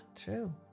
true